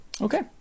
Okay